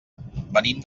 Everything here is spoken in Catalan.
venim